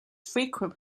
frequent